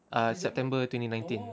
uh september twenty nineteen